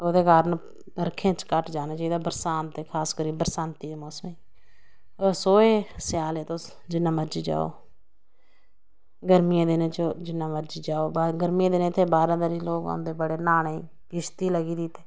ओह्दे कारन बरखें च घट्ट जाना चाही दा बरसांत खासकरियै बरसांती दे मौसमें च सोहे स्याले तुस जिन्ना मर्जी जाओ गर्मियें दे दिनें जिन्ना मर्जी जाओ गर्मि यें दे दिनें इत्थें बारहां दरी आंदे लोग न्हानें गी किश्ती लगी दी इत्थें